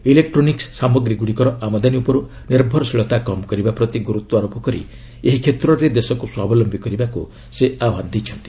electronic ସାମଗ୍ରୀଗୁଡ଼ିକର ଆମଦାନୀ ଉପରୁ ନିର୍ଭରଶୀଳତା କମ୍ କରିବା ପ୍ରତି ଗୁରୁତ୍ୱାରୋପ କରି ଏହି କ୍ଷେତ୍ରରେ ଦେଶକୁ ସ୍ୱାବଲମ୍ଭି କରିବାକୁ ସେ ଆହ୍ୱାନ ଦେଇଛନ୍ତି